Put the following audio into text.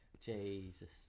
Jesus